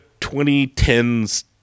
2010s